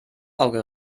auge